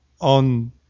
on